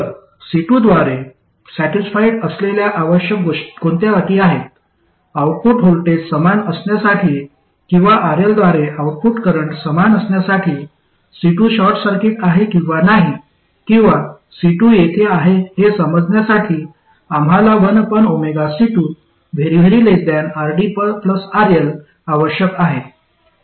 तर C2 द्वारे satisfied असलेल्या आवश्यक कोणत्या अटी आहेत आउटपुट व्होल्टेज समान असण्यासाठी किंवा RL द्वारे आउटपुट करंट समान असण्यासाठी C2 शॉर्ट सर्किट आहे किंवा नाही किंवा C2 तेथे आहे हे समजण्यासाठी आम्हाला 1C2RDRL आवश्यक आहे